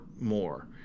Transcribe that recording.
more